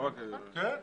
אלה